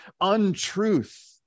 untruth